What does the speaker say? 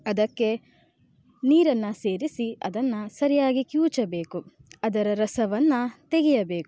ಅದಕ್ಕೆ ನೀರನ್ನು ಸೇರಿಸಿ ಅದನ್ನು ಸರಿಯಾಗಿ ಕಿವುಚಬೇಕು ಅದರ ರಸವನ್ನು ತೆಗೆಯಬೇಕು